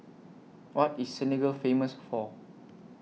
What IS Senegal Famous For